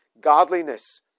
godliness